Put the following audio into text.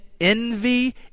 envy